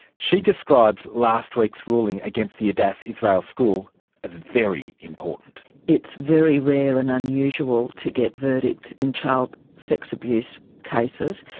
she describes last week's ruling against the adass israel school as very important. it's very rare and unusual to get verdicts in child sex abuse cases.